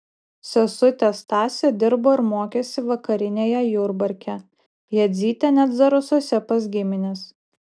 sesutė stasė dirbo ir mokėsi vakarinėje jurbarke jadzytė net zarasuose pas gimines